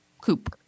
coop